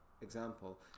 Example